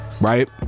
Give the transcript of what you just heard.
Right